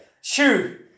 shoo